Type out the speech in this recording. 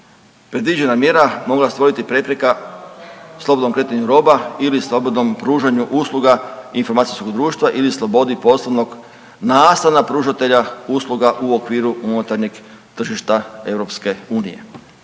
predviđena mjera mogla stvoriti prepreka slobodnom kretanju roba ili slobodnom pružanju usluga informacijskog društva ili slobodi poslovnog …/nerazumljivo/… pružatelja usluga u okviru unutarnjeg tržišta EU.